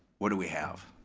what do we have?